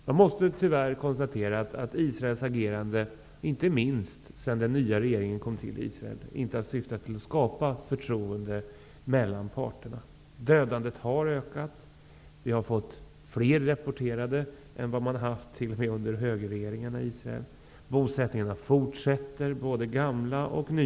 Man måste tyvärr konstatera att Israels agerande, inte minst sedan den nya regeringen i Israel kom till, inte har syftat till att skapa förtroende mellan parterna. Dödandet har ökat, antalet deporterade är fler än de varit t.o.m. under högerregeringarna i Israel och bosättningarna fortsätter -- både gamla och nya.